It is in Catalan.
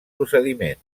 procediment